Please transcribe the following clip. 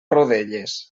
rodelles